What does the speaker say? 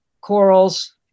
corals